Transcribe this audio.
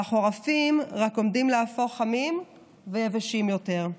והחורפים רק עומדים להפוך חמים ויבשים יותר.